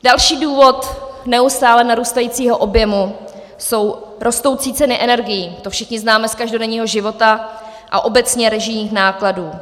Další důvod neustále narůstající objemu jsou rostoucí ceny energií, to všichni známe z každodenního života, a obecně režijních nákladů.